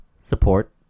support